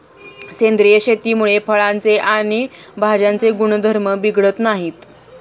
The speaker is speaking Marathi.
सेंद्रिय शेतीमुळे फळांचे आणि भाज्यांचे गुणधर्म बिघडत नाहीत